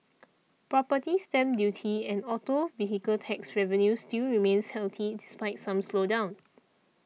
property stamp duty and auto vehicle tax revenue still remains healthy despite some slowdown